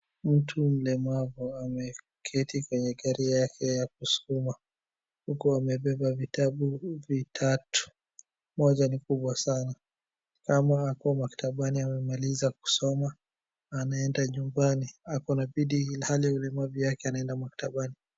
Mtu mlemavu ameketi kwenye gari yake ya kusukuma huku amebeba vitabu vitatau .Moja ni kubwa sana. Ni kama ako maktbani amemaliza kusoma na anaenda nyumbani. Ako na bidii ilhali ya ulemavu wake anaenda maktabani.